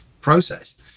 process